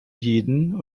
jeden